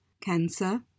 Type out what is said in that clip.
cancer